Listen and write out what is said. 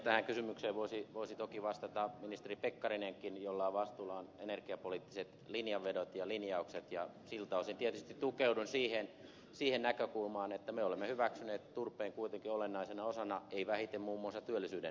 tähän kysymykseen voisi toki vastata ministeri pekkarinenkin jolla on vastuullaan energiapoliittiset linjanvedot ja linjaukset ja siltä osin tietysti tukeudun siihen näkökulmaan että me olemme kuitenkin hyväksyneet turpeen olennaisena osana ei vähiten muun muassa työllisyyden näkökulmasta